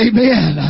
Amen